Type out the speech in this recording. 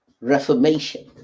reformation